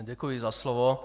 Děkuji za slovo.